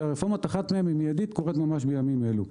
אחת מהן מיידית שקורית ממש בימים אלה.